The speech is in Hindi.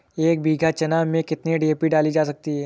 एक बीघा चना में कितनी डी.ए.पी डाली जा सकती है?